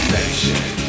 Nation